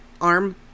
arm